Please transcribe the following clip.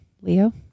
Leo